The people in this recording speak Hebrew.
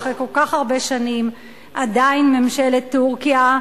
שאחרי כל כך הרבה שנים עדיין ממשלת טורקיה,